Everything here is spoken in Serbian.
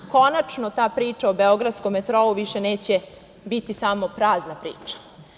Konačno ta priča o „Beogradskom metrou“ više neće biti samo prazna priča.